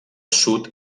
sud